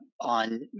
on